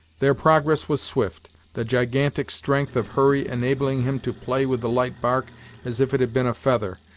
their progress was swift, the gigantic strength of hurry enabling him to play with the light bark as if it had been a feather,